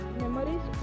memories